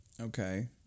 Okay